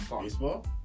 Baseball